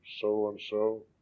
so-and-so